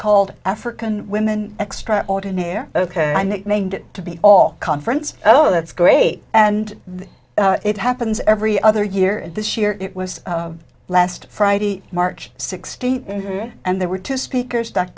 called african women extraordinaire ok i'm nicknamed it to be all conference oh that's great and it happens every other year and this year it was last friday march sixteenth and there were two speakers stuck